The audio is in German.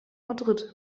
madrid